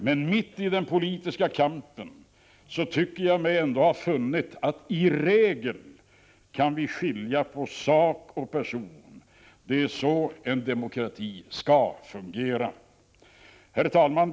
Men mitt i den politiska kampen tycker jag mig ändå ha funnit att i regel kan vi skilja på sak och person. Det är så en demokrati skall fungera. Herr talman!